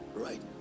right